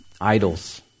idols